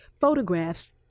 photographs